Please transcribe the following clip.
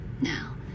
now